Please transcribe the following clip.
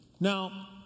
Now